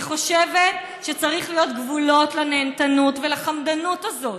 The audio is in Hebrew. אני חושבת שצריכים להיות גבולות לנהנתנות ולחמדנות הזאת,